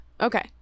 Okay